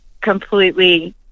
completely